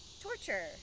torture